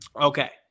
Okay